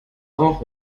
auch